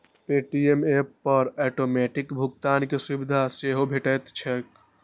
Paytm app पर automatic भुगतान के सुविधा सेहो भेटैत छैक